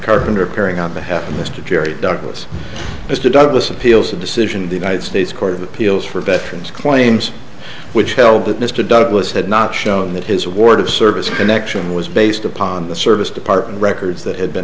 carpenter appearing on behalf of mr jerry douglas mr douglas appeals the decision of the united states court of appeals for veterans claims which held that mr douglas had not shown that his award of service connection was based upon the service department records that had been